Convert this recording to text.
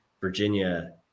virginia